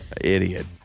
Idiot